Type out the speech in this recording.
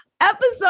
episode